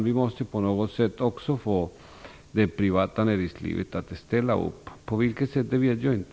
Vi måste på något sätt också få det privata näringslivet att ställa upp. På vilket sätt det kan ske vet jag inte.